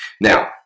Now